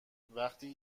وقتی